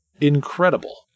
incredible